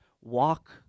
walk